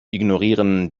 ignorieren